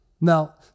Now